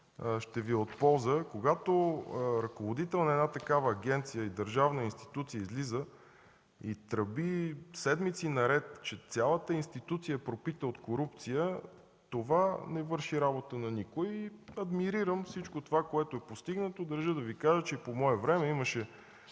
ще Ви е от полза. Когато ръководител на една такава агенция и държавна институция излиза, и тръби седмици наред, че цялата институция е пропита от корупция, това не върши работа на никого. Адмирирам всичко това, което е постигнато. Държа да Ви кажа, че по мое време имаше